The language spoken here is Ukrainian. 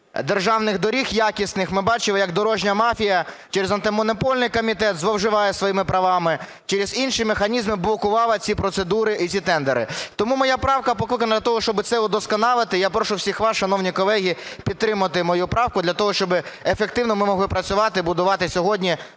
державних доріг якісних ми бачили, як дорожня мафія через Антимонопольний комітет зловживає своїми правами, через інші механізми блокувала ці процедури і ці тендери. Тому моя правка покликана для того, щоб це удосконалити. Я прошу всіх вас, шановні колеги, підтримати мою правку для того, щоб ефективно ми могли працювати і будувати сьогодні